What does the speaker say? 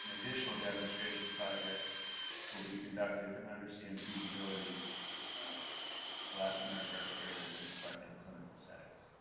additional demonstration project will be conducted to understand feasibility of elastomeric respirators in selected clinical settings.